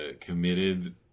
committed